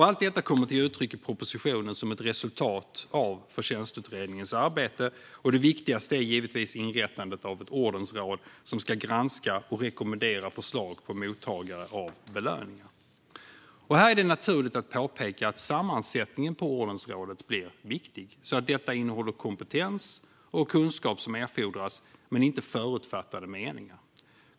Allt detta kommer till uttryck i propositionen som ett resultat av Förtjänstutredningens arbete, och det viktigaste är givetvis inrättandet av det ordensråd som ska granska och rekommendera förslag på mottagare av belöningar. Här är det naturligt att påpeka att sammansättningen av ordensrådet blir viktig, så att detta innehåller kompetens och kunskap men inte förutfattade meningar.